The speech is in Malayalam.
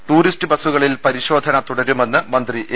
ടൂറിസ്റ്റ് ബസ്സുകളിൽ പരിശോധന തുടരുമെന്ന് മന്ത്രി എ